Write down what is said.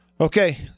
okay